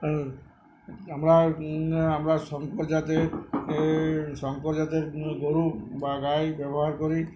আমরা আমরা শঙ্কর জাতের শঙ্কর জাতের গরু বা গাই ব্যবহার করি